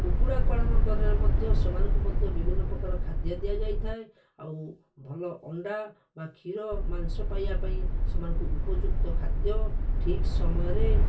କୁକୁଡ଼ା ପାଳନ କରିବାର ମଧ୍ୟ ସେମାନଙ୍କୁ ମଧ୍ୟ ବିଭିନ୍ନ ପ୍ରକାର ଖାଦ୍ୟ ଦିଆଯାଇଥାଏ ଆଉ ଭଲ ଅଣ୍ଡା ବା କ୍ଷୀର ମାଂସ ପାଇବା ପାଇଁ ସେମାନଙ୍କୁ ଉପଯୁକ୍ତ ଖାଦ୍ୟ ଠିକ୍ ସମୟରେ